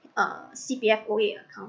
uh C_P_F O_A account